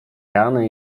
rany